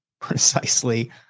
precisely